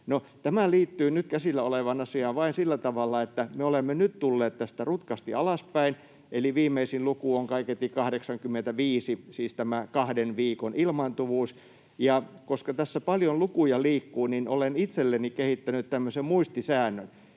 tämä liittyy nyt käsillä olevaan asiaan vain sillä tavalla, että me olemme nyt tulleet tästä rutkasti alaspäin, eli viimeisin luku on kaiketi 85, siis tämä kahden viikon ilmaantuvuus. Ja koska tässä liikkuu paljon lukuja, niin olen itselleni kehittänyt tämmöisen muistisäännön: